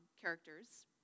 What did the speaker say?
characters